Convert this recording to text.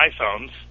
iPhones